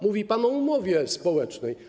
Mówi pan o umowie społecznej.